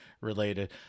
related